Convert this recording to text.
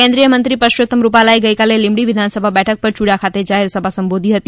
કેન્દ્રીયમંત્રી પુરૂષોત્તમ રૂપાલાએ ગઈકાલે લીંબડી વિધાનસભા બેઠક પર યુડા ખાતે જાહેરસભા સંબોધી હતી